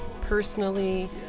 personally